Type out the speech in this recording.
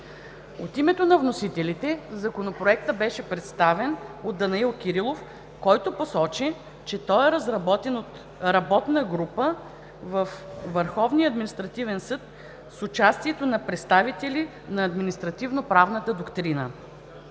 От името на вносителите Законопроектът беше представен от господин Данаил Кирилов, който посочи, че той е разработен от работна група във Върховния административен съд с участието на представители на административноправната доктрина.